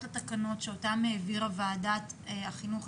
לתקנות שאותם העבירה ועדת החינוך,